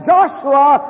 Joshua